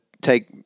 take